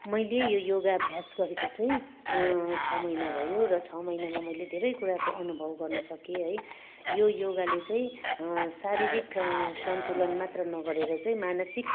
मैले यो योगा अभ्यास गरेको चाहिँ छ महिना भयो र छ महिनामा मैले धेरै कुराको अनुभव गर्न सकेँ है यो योगाले चाहिँ शारीरिक सन्तुलन मात्र नगरेर चाहिँ मानसिक